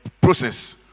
process